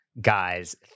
guys